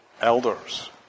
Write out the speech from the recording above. elders